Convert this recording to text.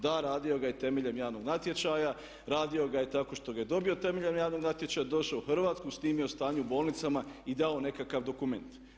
Da, radio ga je temeljem javnog natječaja, radio ga je tako što ga je dobio temeljem javnog natječaja, došao u Hrvatsku, snimio stanje u bolnicama i dao nekakav dokument.